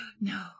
No